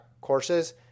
courses